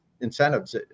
incentives